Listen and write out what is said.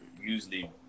usually